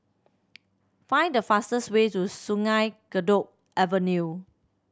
find the fastest way to Sungei Kadut Avenue